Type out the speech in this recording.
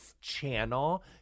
channel